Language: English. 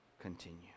continue